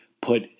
put